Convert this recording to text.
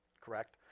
Correct